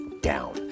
down